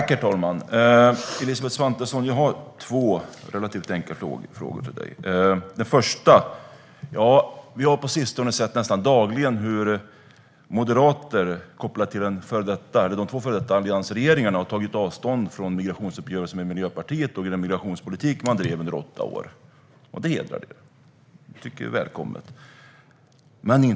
Herr talman! Jag har två relativt enkla frågor till Elisabeth Svantesson. På sistone har vi nästan dagligen sett moderater, kopplade till de två före detta alliansregeringarna, som tagit avstånd från migrationsuppgörelsen med Miljöpartiet och den migrationspolitik som man drev under åtta år. Det hedrar dem. Det är välkommet.